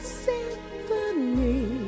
symphony